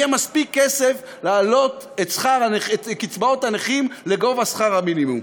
יהיה מספיק כסף להעלות את קצבאות הנכים לגובה שכר המינימום.